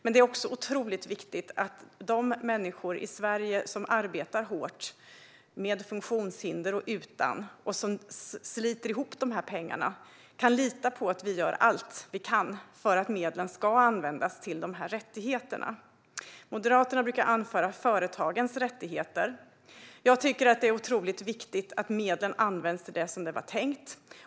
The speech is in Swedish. Men det är också otroligt viktigt att de människor i Sverige som arbetar hårt, med funktionshinder och utan och som sliter ihop de här pengarna, kan lita på att vi gör allt vi kan för att medlen ska användas till de här rättigheterna. Moderaterna brukar anföra företagens rättigheter. Jag tycker att det är otroligt viktigt att medlen används som det var tänkt.